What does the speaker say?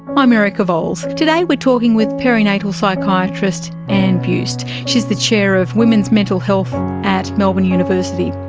i'm erica vowles. today we're talking with perinatal psychiatrist anne buist, she's the chair of women's mental health at melbourne university.